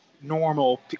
normal